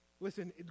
Listen